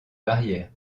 barrière